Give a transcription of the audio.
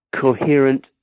coherent